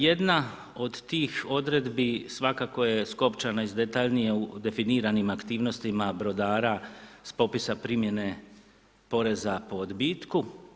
Jedna od tih odredba, svakako je skopčana, u detaljnije definiranim aktivnostima, brodara, s popisa primjene poreza po odbitku.